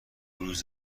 روز